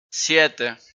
siete